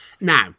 Now